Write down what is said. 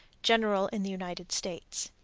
general in the united states.